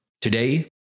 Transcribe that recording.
Today